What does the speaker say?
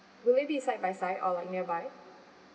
will it be side by side or like nearby